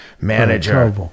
manager